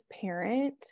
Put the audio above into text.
parent